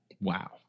Wow